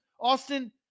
Austin